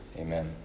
amen